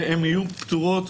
שהן יהיו פטורות